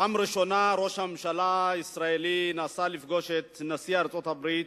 בפעם הראשונה ראש הממשלה הישראלי נסע לפגוש את נשיא ארצות-הברית,